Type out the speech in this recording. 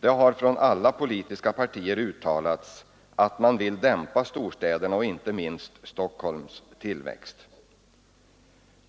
Det har från alla politiska partier uttalats att man vill dämpa storstädernas och inte minst Stockholms tillväxt.